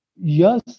yes